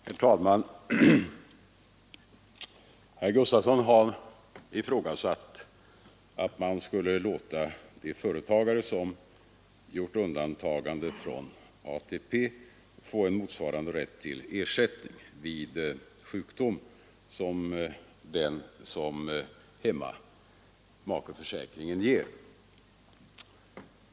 Herr talman! Herr Gustavsson i Alvesta har ifrågasatt om man inte borde låta de företagare som begärt undantagande från ATP-försäkringen få en motsvarande rätt till ersättning vid sjukdom som den som hemmamakeförsäkringen ger.